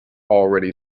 already